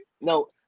No